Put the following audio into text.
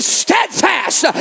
steadfast